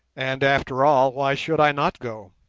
and, after all, why should i not go?